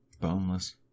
Boneless